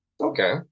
okay